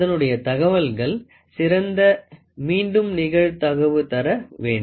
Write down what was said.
அதனுடைய தகவல்கள் சிறந்த மீண்டும் நிகழ்தகவு தர வேண்டும்